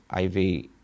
IV